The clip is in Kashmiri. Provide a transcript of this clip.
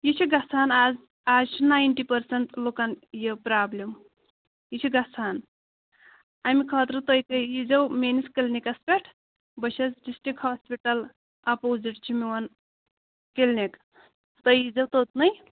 یہِ چھُ گژھان اَز اَز چھُ نایِنٹی پٔرسَنٛٹ لُکَن یہِ پرٛابلِم یہِ چھِ گژھان اَمہِ خٲطرٕ تُہۍ تُہۍ ییٖزیٚو میٛٲنِس کِلنِکَس پٮ۪ٹھ بہٕ چھَس ڈِسٹرک ہاسپِٹَل اَپوزِٹ چھُ میٛون کِلنِک تُہۍ ییٖزیٚو توٚتنٕے